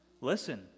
Listen